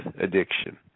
addiction